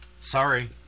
sorry